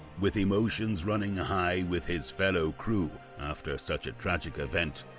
with emotions running high with his fellow crew after such a tragic event,